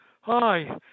Hi